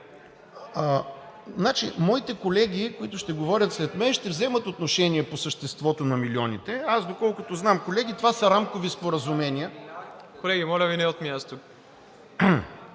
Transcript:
Моите колеги, които ще говорят след мен, ще вземат отношение по съществото на милионите. Аз, доколкото знам, колеги, това са рамкови споразумения… (Реплики.)